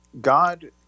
God